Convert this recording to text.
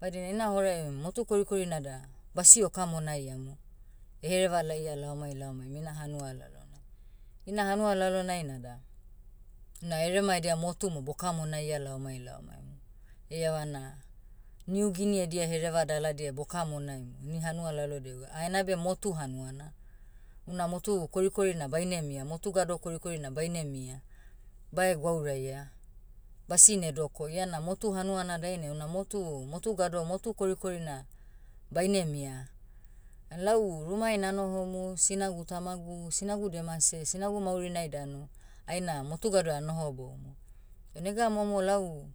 Badina ina horai motu korikori nada, basio kamonaiamu. Ehereva laia laomai laomaim ina hanua lalonai. Ina hanua lalonai nada, ina erema edia motu mo bokamonaia laomai laomaim. Eiavana, niugini edia hereva daladia bokamonaimu ni hanua lalodiai gwa ah enabe motu hanuana. Una motu korikori na baine mia motu gado korikori na baine mia. Bae gwauraia. Basine doko iana motu hanuana dainai una motu- motu gado motu korikori na, baine mia. Ah lau, rumai nanohomu sinagu tamagu sinagu demase sinagu maurinai danu, aina motu gadoa anohoboumu. O nega momo lau,